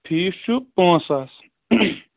fees چھُ پانٛژھ ساس